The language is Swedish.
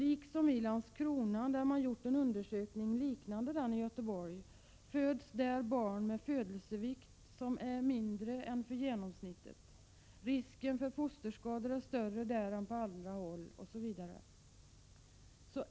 I Landskrona, där man har gjort en undersökning liknande den i Göteborg, föds barn med födelsevikt som är mindre än genomsnittet. Risken för fosterskador är större där än på andra håll osv.